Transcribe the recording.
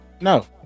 No